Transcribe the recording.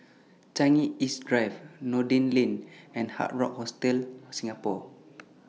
Changi East Drive Noordin Lane and Hard Rock Hostel Singapore